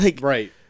Right